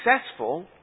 successful